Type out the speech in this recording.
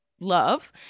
love